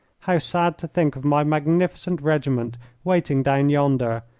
how sad to think of my magnificent regiment waiting down yonder,